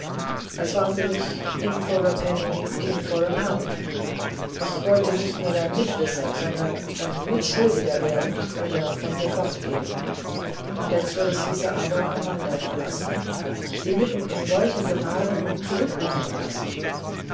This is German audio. es war für mich in for a penny in for a pound ich mußte nicht nur dein mitwisser sondern dein mitschuldiger werden oder von hier fortgehen letzteres hieße aber amanda verlassen sie mitten in solchen gefahren zurückbleiben lassen